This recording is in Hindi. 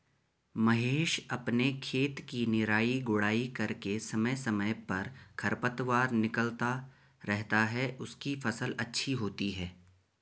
महेश अपने खेत की निराई गुड़ाई करके समय समय पर खरपतवार निकलता रहता है उसकी फसल अच्छी होती है